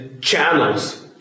channels